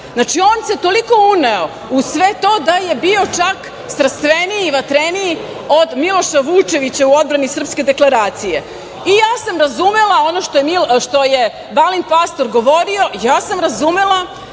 Mađarica. On se toliko uneo u sve to da je bio čak strastveniji i vatreniji od Miloša Vučevića u odbrani srpske deklaracije. Ja sam razumela ono što je Balint Pastor govorio, ja sam razumela